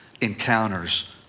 encounters